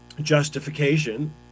justification